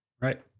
Right